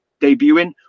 debuting